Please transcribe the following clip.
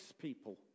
people